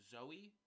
Zoe